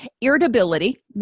Irritability